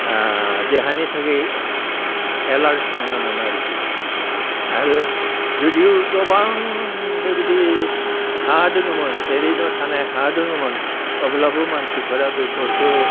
देहानि थाखाय एलार्ट नङामोन आरोखि आरो जुदिय' गोबां बेबायदि हा दङमोन ओरैनो थानाय हा दङमोन अब्लाबो मानसिफोरा बेफोरखौ